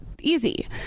easy